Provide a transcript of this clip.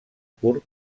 kurd